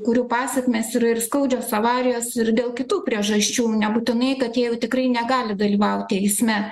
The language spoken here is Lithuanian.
kurių pasekmės yra ir skaudžios avarijos ir dėl kitų priežasčių nebūtinai kad jie tikrai negali dalyvauti eisme